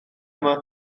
yma